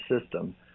system